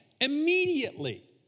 Immediately